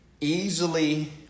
easily